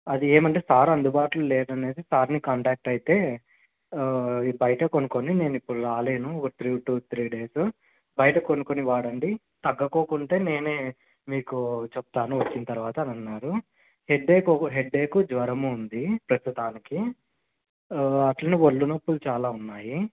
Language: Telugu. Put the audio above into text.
అది ఏమి అంటే సార్ అందుబాటులో లేరు అనేసి సార్ని కాంటాక్ట్ అయితే ఈ బయటే కొనుక్కోండి నేను ఇప్పుడు రాలేను ఒక త్రీ టూ త్రీ డేసు బయట కొనుక్కొని వాడండి తగ్గకుంటే నేనే మీకు చెప్తాను వచ్చిన తరువాత అని అన్నారు హెడేక్ ఒక హెడేక్ జ్వరము ఉంది ప్రస్తుతానికి అట్లనే ఒళ్ళు నొప్పులు చాలా ఉన్నాయి